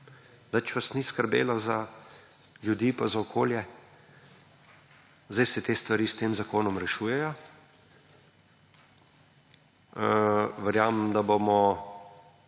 nič vas ni skrbelo za ljudi in za okolje, zdaj se te stvari s tem zakonom rešujejo. Verjamem, da bomo